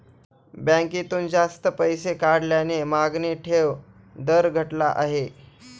बँकेतून जास्त पैसे काढल्याने मागणी ठेव दर घटला आहे